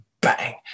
bang